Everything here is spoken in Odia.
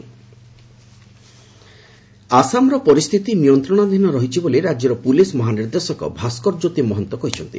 ଆସାମ ଡିଜିପି ଆସାମର ପରିସ୍ଥିତି ନିୟନ୍ତ୍ରଣାଧୀନ ରହିଛି ବୋଲି ରାଜ୍ୟର ପୁଲିସ୍ ମହାନିର୍ଦ୍ଦେଶକ ଭାଷ୍କରଜ୍ୟୋତି ମହନ୍ତ କହିଛନ୍ତି